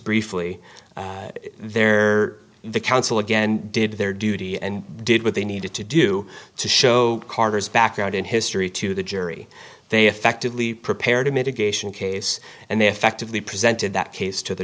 briefly there the council again did their duty and did what they needed to do to show carter's background and history to the jury they effectively prepared a mitigation case and they effectively presented that case to the